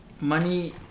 Money